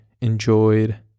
enjoyed